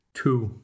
two